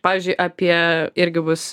pavyzdžiui apie irgi bus